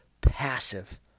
passive